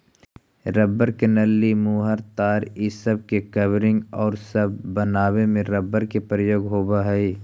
rubber के नली, मुहर, तार इ सब के कवरिंग औउर सब बनावे में रबर के प्रयोग होवऽ हई